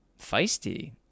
Feisty